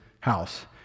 house